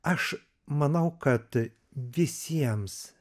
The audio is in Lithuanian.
aš manau kad visiems